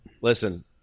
listen